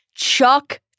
Chuck